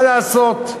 מה לעשות,